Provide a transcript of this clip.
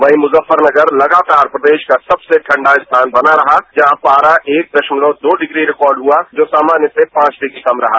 वहीं मुज्जफरनगर लगातार प्रदेश का सबसे ठंडा स्थान बना रहा जहां पारा एक दशमलव दो डिग्री रिकॉर्ड हुआ जो सामान्य से पांच डिग्री कम रहा